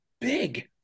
big